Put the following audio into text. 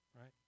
right